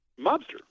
mobster